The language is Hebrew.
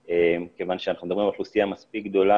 אם המדינה הייתה מספקת ערבות יותר גבוהה,